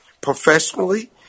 professionally